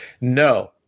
no